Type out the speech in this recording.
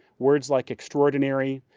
words like extraordinary,